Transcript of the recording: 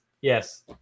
yes